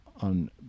on